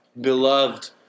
beloved